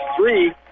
three